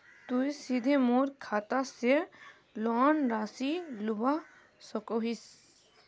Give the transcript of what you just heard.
तुई सीधे मोर खाता से लोन राशि लुबा सकोहिस?